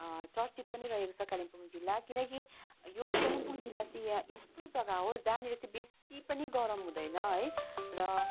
चर्चित पनि रहेको छ कालिम्पोङ जिल्ला किनकि यो कालिम्पोङ जिल्ला चाहिँ यहाँ यस्तो जग्गा हो जहाँनिर चाहिँ बेसी पनि गरम पनि हुँदैन र